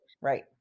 right